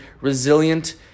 resilient